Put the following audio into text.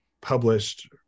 published